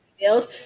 build